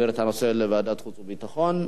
להעביר את הנושא לוועדת החוץ והביטחון.